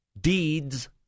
deeds